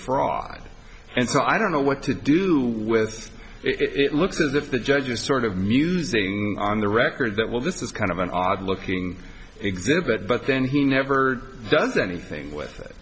fraud and so i don't know what to do with it looks as if the judge is sort of musing on the record that well this is kind of an odd looking exhibit but then he never does anything with